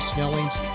Snellings